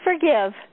forgive